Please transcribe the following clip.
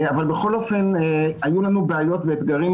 אבל בכל אופן היו לנו בעיות ואתגרים